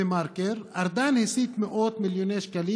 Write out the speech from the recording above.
בדה-מרקר: "ארדן הסיט מאות מיליוני שקלים